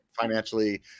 financially